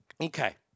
Okay